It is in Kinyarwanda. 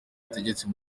butegetsi